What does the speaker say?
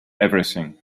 everything